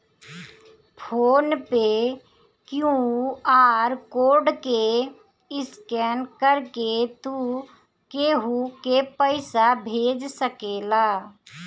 phone पे QR code के scan करके तू केहू के पईसा भेज सकेला